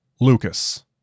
Lucas